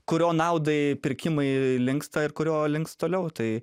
kurio naudai pirkimai linksta ir kurio links toliau tai